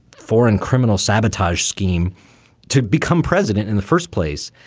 foreign criminal sabotage scheme to become president in the first place.